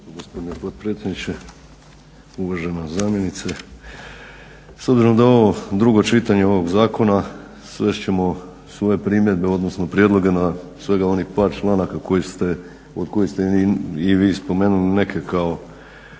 Gospodine potpredsjedniče, uvažena zamjeniče. S obzirom da je ovo drugo čitanje ovog zakona svest ćemo svoje primjedbe odnosno prijedloge na svega onih par članaka koji ste, od kojih ste i vi spomenuli neke kao